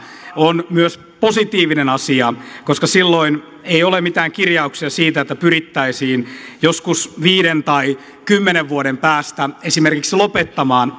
on myös positiivinen asia koska silloin ei ole mitään kirjauksia siitä että pyrittäisiin joskus viiden tai kymmenen vuoden päästä esimerkiksi lopettamaan